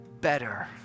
better